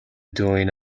doing